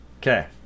Okay